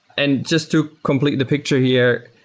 and just to complete the picture here.